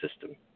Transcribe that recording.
system